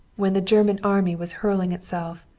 when the german army was hurling itself,